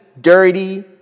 dirty